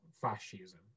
fascism